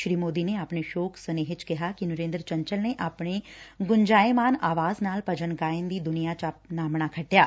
ਸੀ ਮੋਦੀ ਨੇ ਆਪਣੇ ਸ਼ੋਕ ਸਨੇਹੇ ਚ ਕਿਹਾ ਕਿ ਨਰੇਦਰ ਚੰਚਲ ਨੇ ਆਪਣੀ ਗੰਜ਼ਾਇਮਾਨ ਆਵਾਜ਼ ਨਾਲ ਭਜਨ ਗਾਇਨ ਦੀ ਦੁਨੀਆਂ ਚ ਨਾਮਣਾ ਖੱਟਿਆ